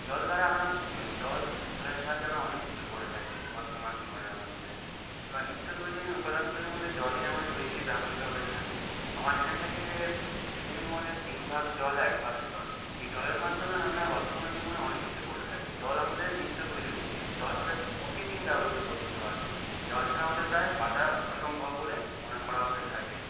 জল দ্বারা আমরা জল এর সাহায্যে আমরা অনেক কিছু করে থাকি বর্তমান জীবনের মধ্যে এবার নিত্য প্রয়োজনীয় উপাদানগুলির মধ্যে জলই আমাদের বেশি ব্যবহৃত হয়ে থাকে আমরা জেনে থাকি যে পৃথিবীর মধ্যে তিন ভাগ জল এক ভাগ স্থল এই জলের মাধ্যমে আমরা বর্তমান জীবনে অনেক কিছু করে থাকি জল আমাদের নিত্য প্রয়োজনীয় জিনিস জল আমাদের প্রতিদিন ব্যবহৃত করতে হয় জল ছাড়া আমাদের প্রায় বাঁচা অসম্ভব বলে মনে করা হয়ে থাকে